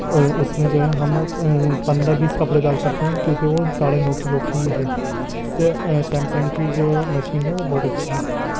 اور اس میں جو ہے ہم پندرہ بیس کپڑے ڈال سکتے ہیں کیونکہ وہ ساڑھے نو کلو کی ہے اس سے سیمسنگ کی جو مشین ہے وہ بہت اچھی ہے